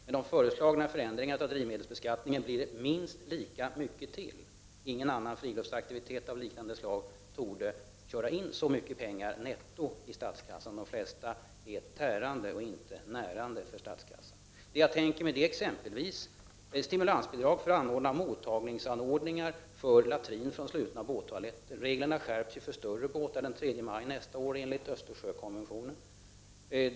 Med de föreslagna förändringarna av drivmedelsbeskattningen blir det minst lika mycket till. Ingen annan friluftsaktivitet av liknande slag torde köra in så mycket pengar netto till statskassan. De flesta är tärande och inte närande för statskassan. Det jag tänker mig är exempelvis stimulansbidrag för iordningsställande av mottagningsanordningar för latrin från slutna båttoaletter. Reglerna skärps ju för större båtar den 3 maj nästa år enligt Östersjökonventionen.